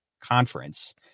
conference